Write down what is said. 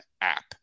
app